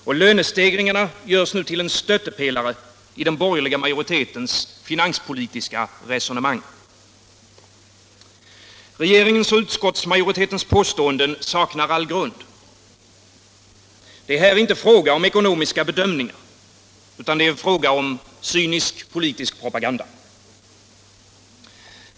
Och lönestegringarna görs nu till en stöttepelare i den borgerliga majoritetens finanspolitiska resonemang. Regeringens och utskottsmajoritetens påståenden saknar all grund. Det är här inte fråga om ekonomiska bedömningar, utan det är fråga om cynisk politisk propaganda.